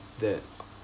that